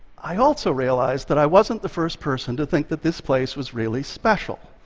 i also realized that i wasn't the first person to think that this place was really special.